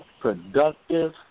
productive